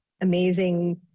amazing